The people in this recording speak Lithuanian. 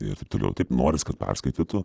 ir toliau taip noris kad perskaitytų